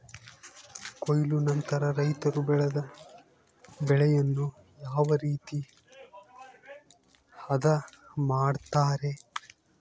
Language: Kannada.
ಕೊಯ್ಲು ನಂತರ ರೈತರು ಬೆಳೆದ ಬೆಳೆಯನ್ನು ಯಾವ ರೇತಿ ಆದ ಮಾಡ್ತಾರೆ?